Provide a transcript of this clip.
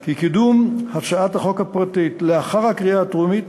כי קידום הצעת החוק הפרטית לאחר הקריאה הטרומית